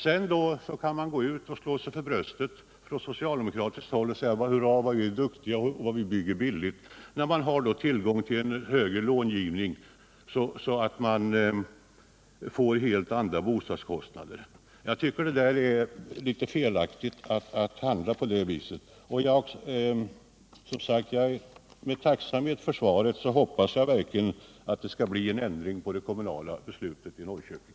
Sedan kan man gå ut och slå sig för bröstet på socialdemokratiskt håll och säga: Hurra, vad vi är duktiga och bygger billigt — när man har tillgång till en högre långivning så att man får helt andra bostadskostnader. Jag tycker att det är litet felaktigt att handla på det sättet. Samtidigt som jag är tacksam för svaret på min fråga vill jag framhålla att jag hoppas att det skall bli en ändring på det kommunala beslutet i Norrköping.